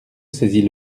saisis